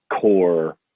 core